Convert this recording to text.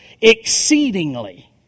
exceedingly